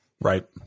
Right